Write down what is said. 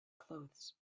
clothes